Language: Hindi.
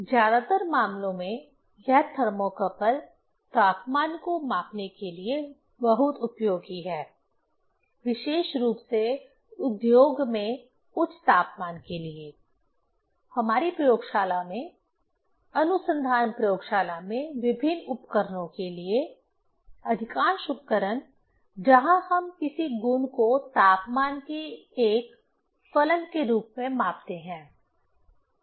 ज्यादातर मामलों में यह थर्मोकपल तापमान को मापने के लिए बहुत उपयोगी है विशेष रूप से उद्योग में उच्च तापमान के लिए हमारी प्रयोगशाला में अनुसंधान प्रयोगशाला में विभिन्न उपकरणों के लिए अधिकांश उपकरण जहां हम किसी गुण को तापमान के एक फलन के रूप में मापते हैं